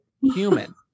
human